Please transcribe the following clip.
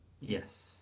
Yes